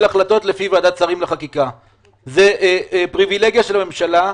החלטות לפי ועדת שרים לחקיקה - זה פריבילגיה של הממשלה.